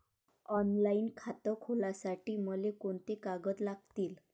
Online खातं खोलासाठी मले कोंते कागद लागतील?